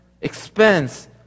expense